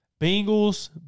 Bengals